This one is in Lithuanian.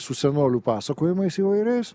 su senolių pasakojimais įvairiais